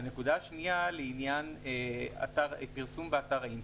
הנקודה השנייה לעניין פרסום ואתר האינטרנט.